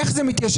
היום נר